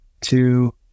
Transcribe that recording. two